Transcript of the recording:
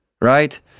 right